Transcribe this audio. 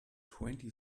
twenty